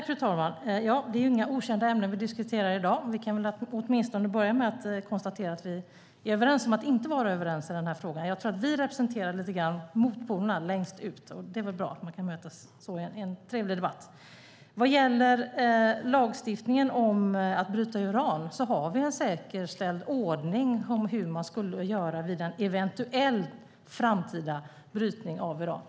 Fru talman! Det är inga okända ämnen vi diskuterar i dag. Vi kan åtminstone börja med att konstatera att vi är överens om att inte vara överens i den här frågan. Jag tror att vi representerar motpolerna längst ut, och det är väl bra att vi kan mötas i en trevlig debatt. Vad gäller lagstiftningen om att bryta uran har vi en säkerställd ordning för hur man ska göra vid en eventuell framtida brytning av uran.